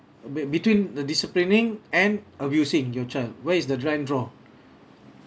be~ between the disciplining and abusing your child where is the line draw